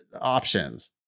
options